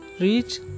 reach